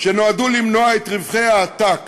שנועדו למנוע את רווחי העתק